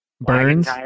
Burns